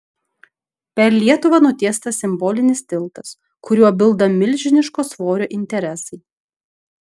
per lietuvą nutiestas simbolinis tiltas kuriuo bilda milžiniško svorio interesai